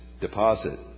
deposit